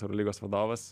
eurolygos vadovas